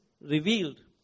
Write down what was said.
revealed